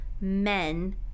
men